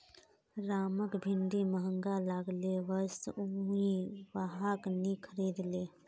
रामक भिंडी महंगा लागले वै स उइ वहाक नी खरीदले